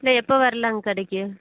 இல்லை எப்போ வரலாங்க கடைக்கு